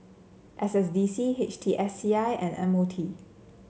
S S D C H T S C I and M O T